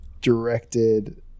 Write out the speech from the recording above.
directed